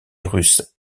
russe